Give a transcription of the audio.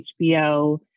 HBO